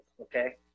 Okay